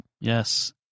Yes